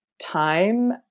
time